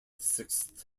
sixth